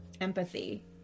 empathy